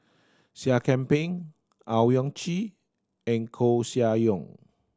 Seah Kian Peng Owyang Chi and Koeh Sia Yong